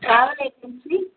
travel agency